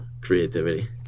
creativity